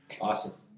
awesome